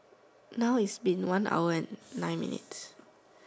now it's been one hour and nine minutes